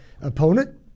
opponent